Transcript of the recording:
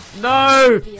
No